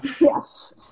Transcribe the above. yes